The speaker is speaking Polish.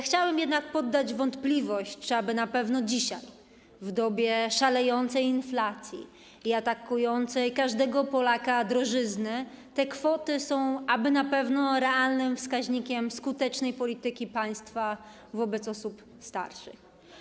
Chciałabym jednak poddać w wątpliwość, czy aby na pewno dzisiaj, w dobie szalejącej inflacji i atakującej każdego Polaka drożyzny te kwoty są realnym wskaźnikiem skutecznej polityki państwa wobec osób starszych.